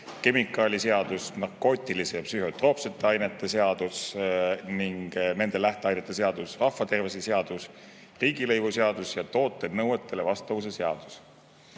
kemikaaliseadus, narkootiliste ja psühhotroopsete ainete ning nende lähteainete seadus, rahvatervise seadus, riigilõivuseadus ja toote nõuetele vastavuse seadus.